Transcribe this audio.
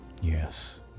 Yes